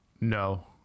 no